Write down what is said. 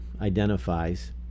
identifies